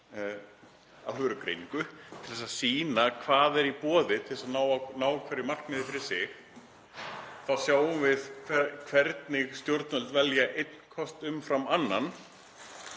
alvörugreiningu, til að sýna hvað er í boði til að ná hverju markmiði fyrir sig. Þá sjáum við hvernig stjórnvöld velja einn kost umfram annan.